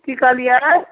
कि कहलिए